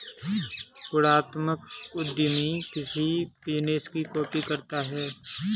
गुणात्मक उद्यमी किसी बिजनेस की कॉपी करता है